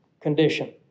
condition